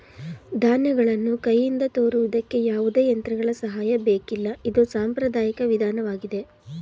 ಧಾನ್ಯಗಳನ್ನು ಕೈಯಿಂದ ತೋರುವುದಕ್ಕೆ ಯಾವುದೇ ಯಂತ್ರಗಳ ಸಹಾಯ ಬೇಕಿಲ್ಲ ಇದು ಸಾಂಪ್ರದಾಯಿಕ ವಿಧಾನವಾಗಿದೆ